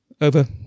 over